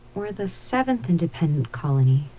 we're the seventh independent colony,